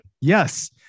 Yes